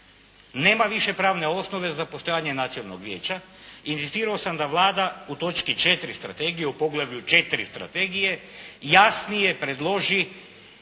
nema više pravne osnove za postojanje Nacionalnog vijeća, inzistirao sam da Vlada u točki 4. strategije u poglavlju 4 strategije jasnije predloži,